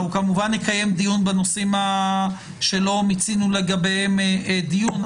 אנחנו כמובן נקיים דיון בנושאים שלא מיצינו לגביהם דיון,